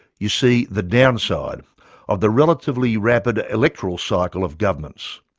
you see the downside of the relatively rapid electoral cycle of governments.